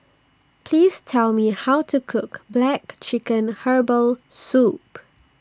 Please Tell Me How to Cook Black Chicken Herbal Soup